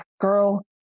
girl